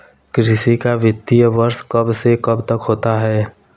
कृषि का वित्तीय वर्ष कब से कब तक होता है?